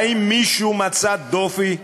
האם מישהו מצא דופי?